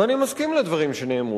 ואני מסכים לדברים שנאמרו.